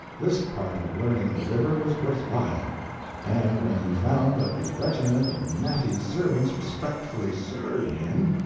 this part of learning the river was worth while and when he found that the regiment of natty servants respectfully sir'd him,